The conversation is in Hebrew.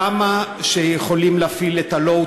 כמה שיכולים להפעיל את ה-low-tech,